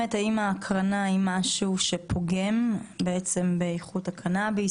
האם ההקרנה היא משהו שפוגם באיכות הקנאביס?